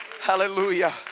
Hallelujah